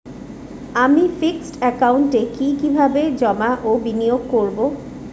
আমি ফিক্সড একাউন্টে কি কিভাবে জমা ও বিনিয়োগ করব?